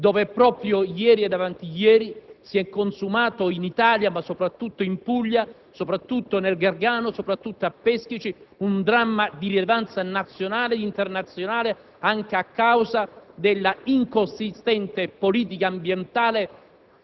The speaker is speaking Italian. dove proprio ieri e avanti ieri, si è consumato in Italia, ma soprattutto in Puglia, nel Gargano e soprattutto a Peschici, un dramma di rilevanza nazionale ed internazionale anche a causa della inconsistente politica ambientale